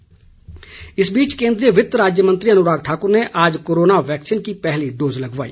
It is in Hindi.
अनुराग ठाकुर इस बीच केन्द्रीय वित्त राज्य मंत्री अनुराग ठाक्र ने आज कोरोना वैक्सीन की पहली डोज लगवाई